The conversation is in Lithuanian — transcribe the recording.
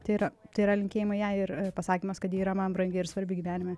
tai yra tai yra linkėjimai jai ir pasakymas kad ji yra man brangi ir svarbi gyvenime